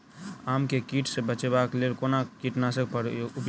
आम केँ कीट सऽ बचेबाक लेल कोना कीट नाशक उपयोग करि?